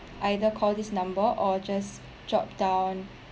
either call this number or just drop down